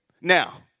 Now